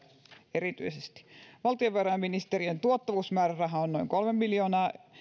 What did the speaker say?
erityisesti valtiovarainministeriön tuottavuusmääräraha on noin kolme miljoonaa